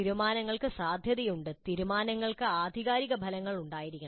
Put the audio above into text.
തീരുമാനങ്ങൾക്ക് സാധ്യതയുണ്ട് തീരുമാനങ്ങൾക്ക് ആധികാരിക ഫലങ്ങൾ ഉണ്ടായിരിക്കണം